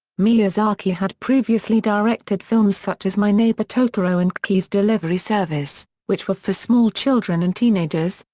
miyazaki had previously directed films such as my neighbor totoro and kiki's delivery service, which were for small children and teenagers,